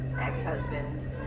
ex-husbands